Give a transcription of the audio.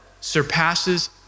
Surpasses